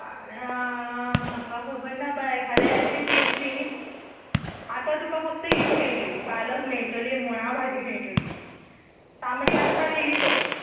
फाल्यां म्हाका खबरना बाय फाल्यां येतली ती येतली न्ही आतां तुका फकत हीच मेळटली पालक मेळटली मुळा भाजी मेळटली तांबडी आत्तां व्हेली पळय